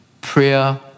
Prayer